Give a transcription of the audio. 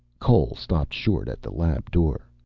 cole stopped short at the lab door.